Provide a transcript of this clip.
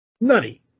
nutty